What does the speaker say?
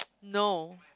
no